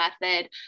method